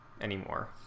anymore